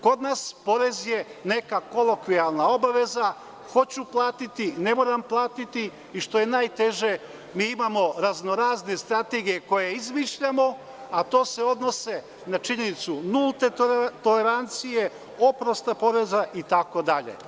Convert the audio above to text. Kod nas je porez neka kolokvijalna obaveza, hoću platiti, ne moram platiti i što je najteže mi imamo raznorazne strategije koje izmišljamo, a to se odnosi na činjenicu nulta tolerancija, oprost poreza, itd.